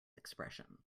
expression